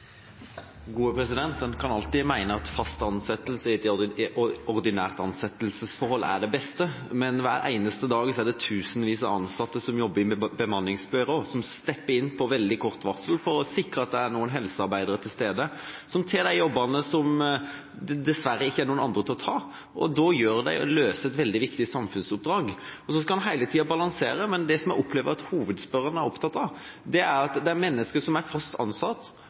det beste, men hver eneste dag er det tusenvis av ansatte som jobber i bemanningsbyrå, som stepper inn på veldig kort varsel for å sikre at det er noen helsearbeidere til stede, som tar de jobbene som det dessverre ikke er noen andre til å ta. Da løser de et veldig viktig samfunnsoppdrag. En skal hele tida balansere, men det som jeg opplever at hovedspørreren er opptatt av, er at dette er mennesker som er fast ansatt,